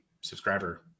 subscriber